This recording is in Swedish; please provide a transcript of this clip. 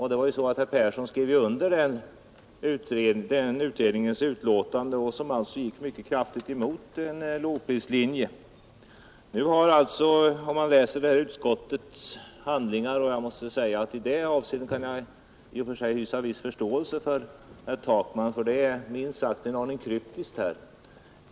Herr Persson skrev ju under den utredningens betänkande, som alltså gick mycket kraftigt emot en lågprislinje. När jag läser de här handlingarna kan jag i och för sig hysa en viss förståelse för herr Takman, för skrivningen är minst sagt en aning kryptisk här.